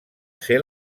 ser